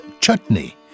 Chutney